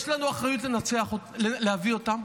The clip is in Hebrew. יש לנו אחריות להביא אותם,